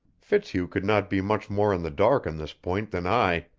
fitzhugh could not be much more in the dark on this point than i,